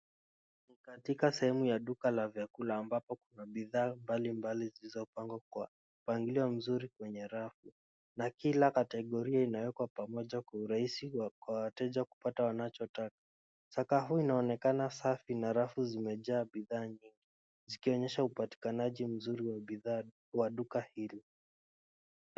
Ni katika sehemu ya duka la vyakula ambapo kuna bidhaa mbali mbali zilizopangwa kwa mpangilio mzuri kwenye rafu na kila kategoria inawekwa pamoja kwa urahisi wa wateja kupata wanachotaka. Sakafu inaonekana safi na rafu zimejaa bishaa nyingi zikionyesha upatikanaji mzuri wa bidhaa kwa duka hili.